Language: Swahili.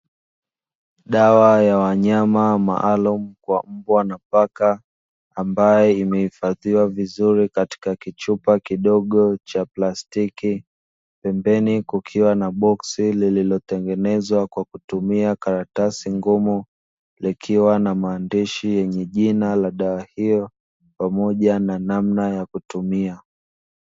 Dawa ya wanyama maalumu kwa mbwa na paka, ambayo imehifadhiwa vizuri katika kichupa kidogo cha plastiki. Pembeni kukiwa na boksi lililotengenezwa kwa kutumia karatasi ngumu, likiwa na maandishi yenye jina la dawa hiyo pamoja na namna ya kutumia.